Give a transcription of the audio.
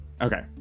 Okay